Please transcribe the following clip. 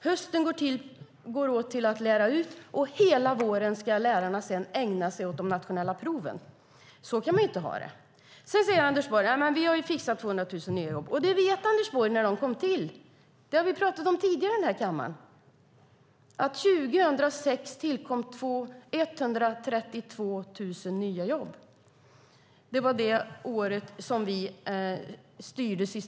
Hösten går åt till att lära ut, och hela våren ska lärarna sedan ägna sig åt de nationella proven. Så kan vi inte ha det. Anders Borg säger: Vi har fixat 200 000 nya jobb. Och Anders Borg vet när de kom till. Det har vi talat om tidigare i den här kammaren, att 2006 tillkom 132 000 nya jobb. Det var det senaste året som vi styrde.